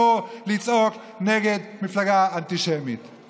הוא אמר: האנטישמי הזה.